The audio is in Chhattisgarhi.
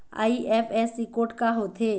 आई.एफ.एस.सी कोड का होथे?